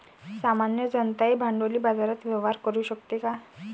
सामान्य जनताही भांडवली बाजारात व्यवहार करू शकते का?